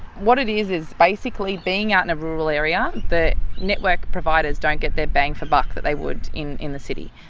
what it is is basically being out in a rural area, the network providers don't get their bang for buck that they would in in the city,